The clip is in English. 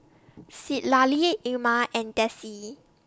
Citlalli Irma and Dessie